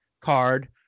card